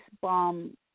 bomb